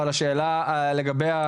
גיי"